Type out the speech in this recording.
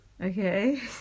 Okay